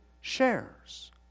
shares